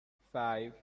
five